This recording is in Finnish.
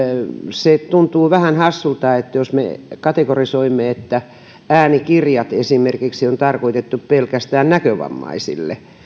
se tuntuu vähän hassulta jos me kategorisoimme että esimerkiksi äänikirjat on tarkoitettu pelkästään näkövammaisille